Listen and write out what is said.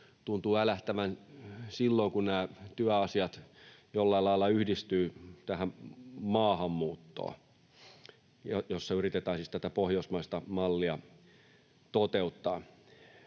tuntuu älähtävän silloin, kun nämä työasiat jollain lailla yhdistyvät maahanmuuttoon, jossa yritetään siis tätä pohjoismaista mallia toteuttaa.